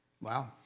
Wow